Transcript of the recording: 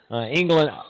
England